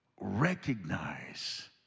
recognize